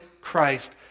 Christ